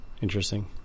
interesting